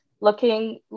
looking